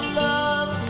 love